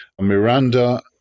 Miranda